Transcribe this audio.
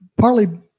partly